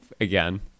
Again